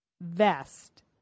vest